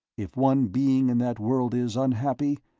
if one being in that world is unhappy,